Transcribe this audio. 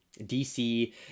DC